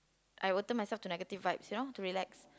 I will turn myself to negative vibes you know to relax